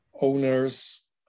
owners